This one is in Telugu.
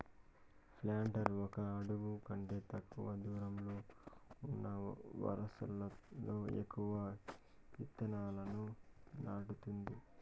ప్లాంటర్ ఒక అడుగు కంటే తక్కువ దూరంలో ఉన్న వరుసలలో ఎక్కువ ఇత్తనాలను నాటుతుంది